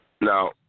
Now